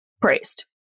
praised